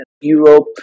Europe